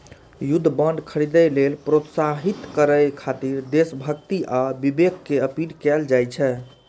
युद्ध बांड खरीदै लेल प्रोत्साहित करय खातिर देशभक्ति आ विवेक के अपील कैल जाइ छै